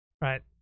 right